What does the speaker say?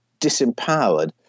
disempowered